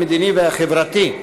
המדיני והחברתי.